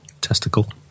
testicle